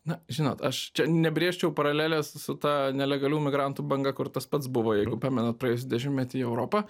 na žinot aš čia nebrėžčiau paralelės su ta nelegalių migrantų banga kur tas pats buvo jeigu pamenat praėjusį dešimtmetį europa